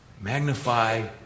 magnify